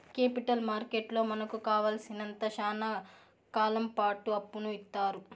capital మార్కెట్లో మనకు కావాలసినంత శ్యానా కాలంపాటు అప్పును ఇత్తారు